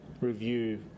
review